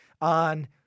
on